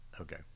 Okay